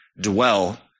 dwell